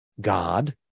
God